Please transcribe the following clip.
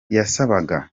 yasabaga